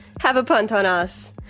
have a punt on us.